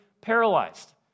paralyzed